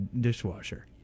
dishwasher